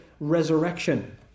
resurrection